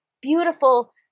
beautiful